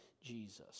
Jesus